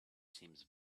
seems